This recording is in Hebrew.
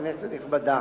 כנסת נכבדה,